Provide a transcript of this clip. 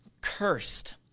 Cursed